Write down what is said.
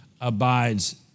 abides